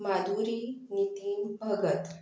Madhuri Nitin Bhagat